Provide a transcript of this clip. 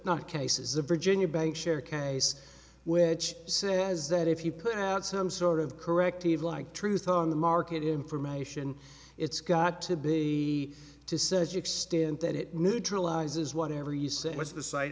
not cases of virginia bank share case which says that if you put out some sort of corrective like truth on the market information it's got to be to such extent that it neutralizes whatever you say was the site